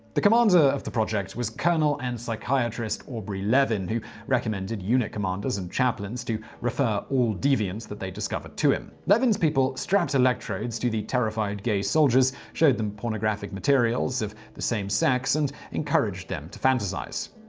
the commander of the project was colonel and psychiarist aubrey levin, who recommended unit commanders and chaplains to refer all deviants they discovered to him. levin's people strapped electrodes to the terrified gay soldiers, showed them pornographic materials of the same sex and encouraged them to fantasize.